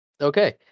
Okay